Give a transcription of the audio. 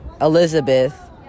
Elizabeth